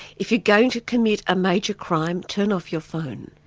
if you're going to commit a major crime, turn off your phone.